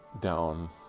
down